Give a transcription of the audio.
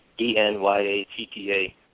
E-N-Y-A-T-T-A